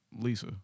Lisa